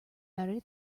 better